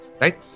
right